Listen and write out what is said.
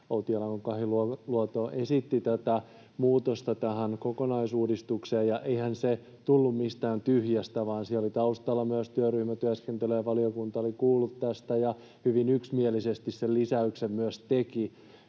Outi Alanko-Kahiluoto esitti tätä muutosta tähän kokonaisuudistukseen, ja eihän se tullut mistään tyhjästä, vaan siellä oli taustalla myös työryhmätyöskentelyä, ja valiokunta oli kuullut tästä ja hyvin yksimielisesti sen lisäyksen myös teki,